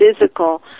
physical